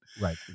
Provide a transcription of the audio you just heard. right